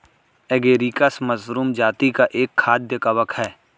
agaricus mushroom जाती का एक खाद्य कवक है